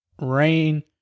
Rain